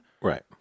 Right